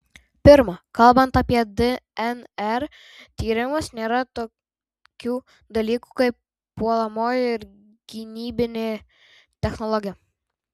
pirma kalbant apie dnr tyrimus nėra tokių dalykų kaip puolamoji ir gynybinė technologija